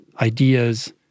ideas